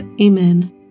Amen